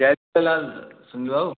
जय झूलेलाल संजू भाउ